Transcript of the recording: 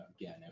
again